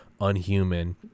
unhuman